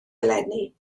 eleni